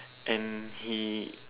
and he